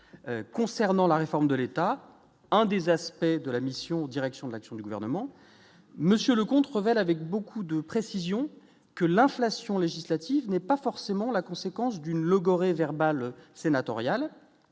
concernant la réforme de l'État, un des aspects de la mission Direction de l'action du gouvernement monsieur Leconte Revel avec beaucoup de précision que l'inflation législative n'est pas forcément la conséquence d'une logorrhée verbale sénatoriales